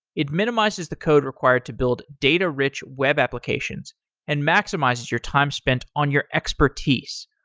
it minimizes the code required to build data-rich web applications and maximizes your time spent on your expertise.